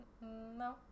No